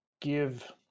give